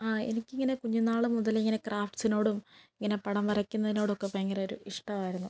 ആ എനിക്കിങ്ങനെ കുഞ്ഞ് നാള് മുതൽ ഇങ്ങനെ ക്രാഫ്റ്റ്സിനോടും ഇങ്ങനെ പടം വരക്കുന്നതിനോടൊക്കെ ഭയങ്കരൊരു ഇഷ്ടമായിരുന്നു